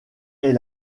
est